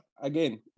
Again